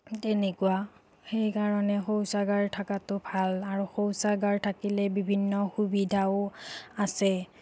তেনেকুৱা সেইকাৰণে শৌচাগাৰ থকাটো ভাল আৰু শৌচাগাৰ থাকিলে বিভিন্ন সুবিধাও আছে